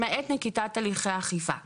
למעט נקיטת הליכי אכיפה.